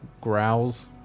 growls